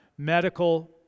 medical